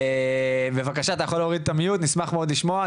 בבקשה טל, נשמח מאוד לשמוע.